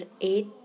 eight